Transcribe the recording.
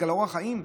בגלל אורח חיים?